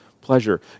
pleasure